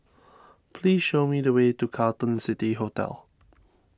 please show me the way to Carlton City Hotel